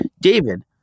David